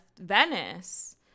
venice